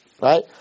Right